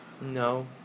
No